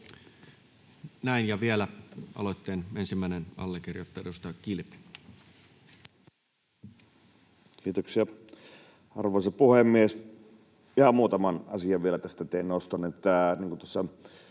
Näin. — Ja vielä aloitteen ensimmäinen allekirjoittaja, edustaja Kilpi. Kiitoksia, arvoisa puhemies! Ihan muutamaan asiaan tästä vielä teen noston.